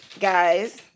guys